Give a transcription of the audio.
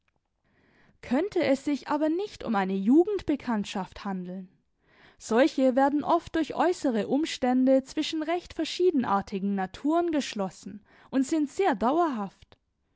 könnte es sich aber nicht um eine jugendbekanntschaft handeln solche werden oft durch äußere umstände zwischen recht verschiedenartigen naturen geschlossen und sind sehr dauerhaft